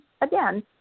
again